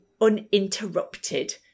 uninterrupted